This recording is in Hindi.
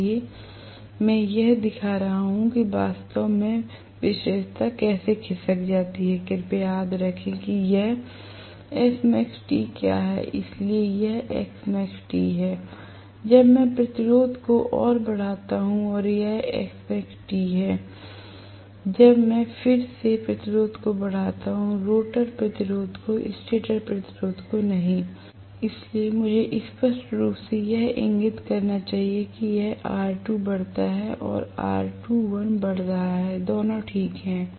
इसलिए मैं सिर्फ यह दिखा रहा हूं कि वास्तव में विशेषता कैसे खिसक जाती है कृपया याद रखें कि यह SmaxT क्या है इसलिए यह SmaxT है जब मैं प्रतिरोध को और बढ़ाता हूं और यह SmaxT है जब मैं फिर से प्रतिरोध को बढ़ाता हूं रोटर प्रतिरोध को स्टेटर प्रतिरोध नहीं इसलिए मुझे बहुत स्पष्ट रूप से यह इंगित करना चाहिए कि यह R2 बढ़ता है या R2l बढ़ रहा है दोनों ठीक है